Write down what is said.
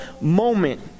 moment